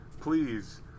Please